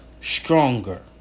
stronger